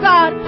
God